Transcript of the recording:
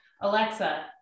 Alexa